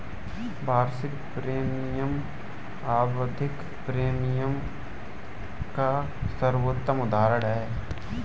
वार्षिक प्रीमियम आवधिक प्रीमियम का सर्वोत्तम उदहारण है